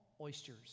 oysters